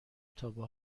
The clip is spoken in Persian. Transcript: تابه